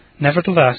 nevertheless